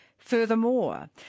Furthermore